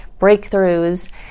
breakthroughs